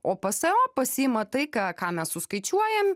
o pso pasiima tai ką ką mes suskaičiuojam